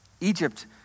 Egypt